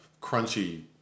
crunchy